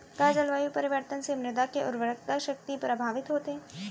का जलवायु परिवर्तन से मृदा के उर्वरकता शक्ति प्रभावित होथे?